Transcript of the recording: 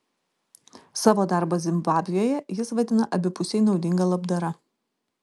savo darbą zimbabvėje jis vadina abipusiai naudinga labdara